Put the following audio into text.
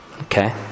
Okay